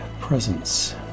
presence